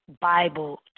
Bible